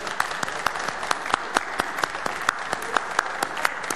(מחיאות כפיים)